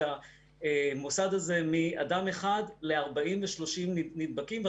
המוסד הזה מאדם אחד ל-40 ול-30 נדבקים.